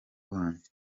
wanjye